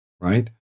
right